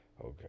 Okay